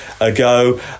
ago